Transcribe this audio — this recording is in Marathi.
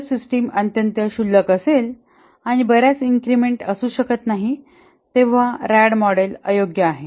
जर सिस्टम अत्यंत क्षुल्लक असेल आणि बर्याच इन्क्रिमेंट असू शकत नाहीत तेव्हा रॅड मॉडेल अयोग्य आहे